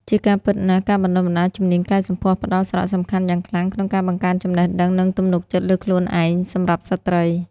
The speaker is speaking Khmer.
ជាការពិតណាស់ ការបណ្តុះបណ្តាលជំនាញកែសម្ផស្សផ្តល់សារៈសំខាន់យ៉ាងខ្លាំងក្នុងការបង្កើនចំណេះដឹង និងទំនុកចិត្តលើខ្លួនឯងសម្រាប់ស្ត្រី។